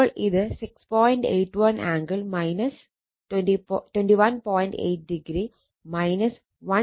81 angle 21